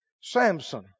Samson